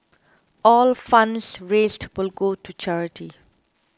all funds raised will go to charity